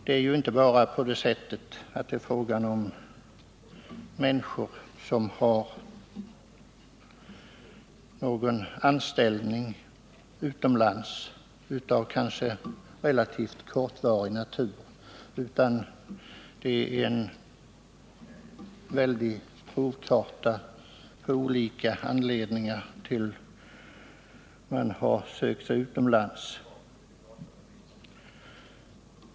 Det är ju inte bara fråga om människor som har en anställning utomlands av relativt kortvarig natur, utan det finns en omfattande provkarta på olika anledningar till att folk har sökt sig utomlands.